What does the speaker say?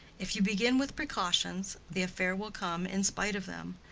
if you begin with precautions, the affair will come in spite of them.